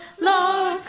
Lord